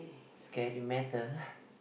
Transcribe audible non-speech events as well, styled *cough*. scary matter *breath*